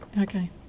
Okay